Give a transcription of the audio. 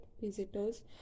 visitors